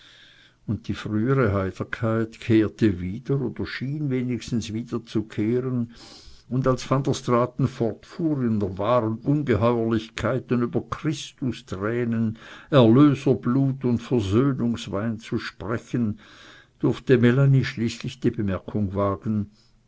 und die frühere heiterkeit kehrte wieder oder schien wenigstens wiederzukehren und als van der straaten fortfuhr in wahren ungeheuerlichkeiten über christustränen erlöserblut und versöhnungswein zu sprechen durfte melanie schließlich die bemerkung wagen